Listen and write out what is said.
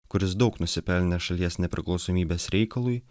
kuris daug nusipelnė šalies nepriklausomybės reikalui